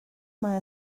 mae